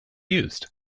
used